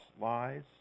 lies